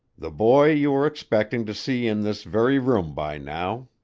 the boy you were expecting to see in this very room by now,